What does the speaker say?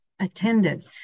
attended